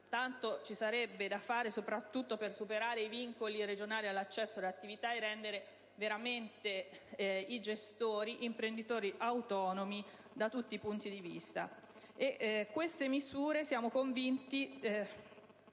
tanto ci sarebbe da fare, soprattutto per superare i vincoli regionali all'accesso alle attività e rendere i gestori veramente imprenditori autonomi da tutti i punti di vista.